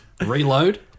reload